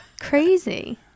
crazy